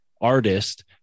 artist